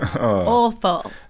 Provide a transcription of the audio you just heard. awful